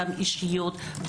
אישיות,